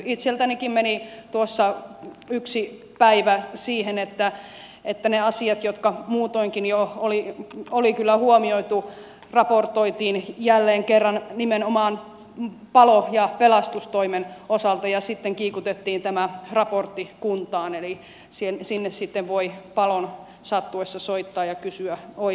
itseltänikin meni tuossa yksi päivä siihen että ne asiat jotka muutoinkin jo oli kyllä huomioitu raportoitiin jälleen kerran nimenomaan palo ja pelastustoimen osalta ja sitten kiikutettiin tämä raportti kuntaan eli sinne sitten voi palon sattuessa soittaa ja kysyä toimenpiteitä